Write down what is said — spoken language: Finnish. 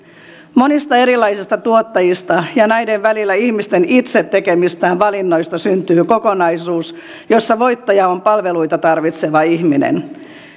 monista erilaisista tuottajista ja näiden välillä ihmisten itse tekemistä valinnoista syntyy kokonaisuus jossa voittaja on palveluita tarvitseva ihminen